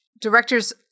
directors